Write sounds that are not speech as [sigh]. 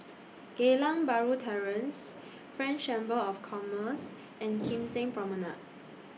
Geylang Bahru Terrace French Chamber of Commerce and [noise] Kim Seng Promenade